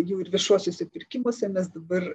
jau ir viešuosiuose pirkimuose mes dabar